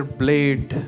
blade